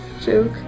joke